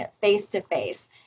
face-to-face